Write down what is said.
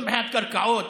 גם מבחינת קרקעות